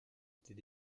était